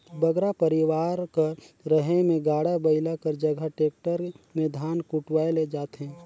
बगरा परिवार कर रहें में गाड़ा बइला कर जगहा टेक्टर में धान कुटवाए ले जाथें